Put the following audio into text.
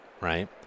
right